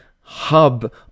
hub